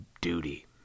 duty